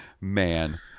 Man